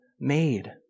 made